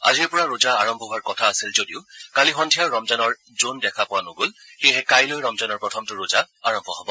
আজিৰ পৰা ৰোজা আৰম্ভ হোৱাৰ কথা আছিল যদিও কালি সন্ধিয়া ৰমজানৰ জোন দেখা পোৱা নগল সেয়েহে কাইলৈ ৰমজানৰ প্ৰথমটো ৰোজা আৰম্ভ হ'ব